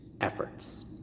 efforts